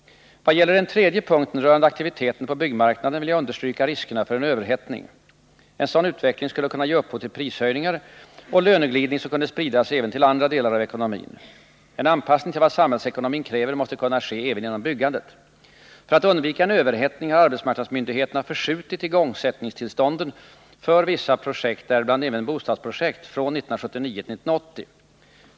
Vad gäller den tredje punkten, rörande aktiviteten på byggmarknaden, vill jag understryka riskerna för en överhettning. En sådan utveckling skulle kunna ge upphov till prishöjningar och löneglidning som kunde spridas även till andra delar av ekonomin. En anpassning till vad samhällsekonomin kräver måste kunna ske även inom byggandet. För att undvika en överhettning har arbetsmarknadsmyndigheterna förskjutit igångsättningstillstånden för vissa projekt, däribland även bostadsprojekt, från 1979 till 1980.